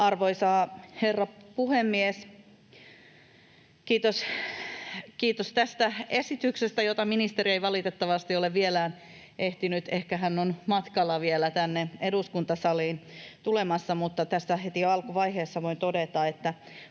Arvoisa herra puhemies! Kiitos tästä esityksestä, jota ministeri ei valitettavasti ole vielä ehtinyt esittelemään — ehkä hän on vielä matkalla tänne eduskuntasaliin. Mutta heti tässä alkuvaiheessa voin todeta, että